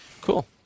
Cool